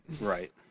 right